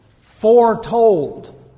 foretold